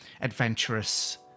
adventurous